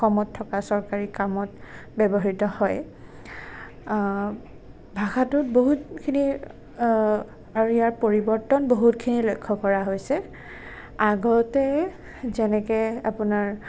কামত থকা চৰকাৰী কামত ব্যৱহৃত হয় ভাষাটোত বহুতখিনি আৰু ইয়াৰ পৰিৱৰ্তন বহুখিনি লক্ষ্য কৰা হৈছে আগতে যেনেকৈ আপোনাৰ